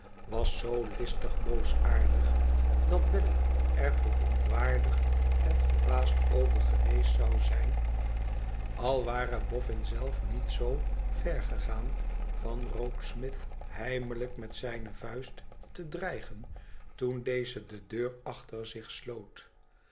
was zoo listig boosaardig dat bella er verontwaardigd en verbaasd over geweest zou zijn al ware boffin zelf niet zoo ver gegaan van rokesmith heimelijk met zijne vuist te dreigen toen deze de deur acher zich sloot